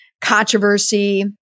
controversy